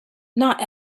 not